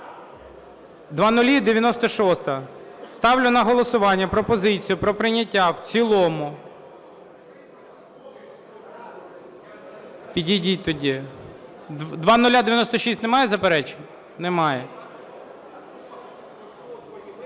0096. Ставлю на голосування пропозицію про прийняття в цілому… Підійдіть тоді. 0096 немає заперечень? Немає.